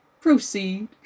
Proceed